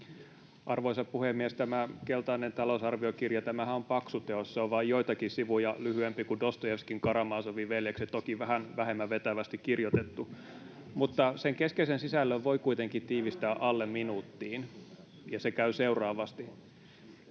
Arvoisa puhemies! Tämä keltainen talousarviokirjahan on paksu teos, vain joitakin sivuja lyhyempi kuin Dostojevskin Karamazovin veljekset, toki vähän vähemmän vetävästi kirjoitettu, mutta sen keskeisen sisällön voi kuitenkin tiivistää alle minuuttiin, ja se käy seuraavasti: